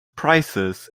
prices